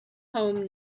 home